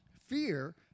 fear